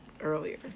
earlier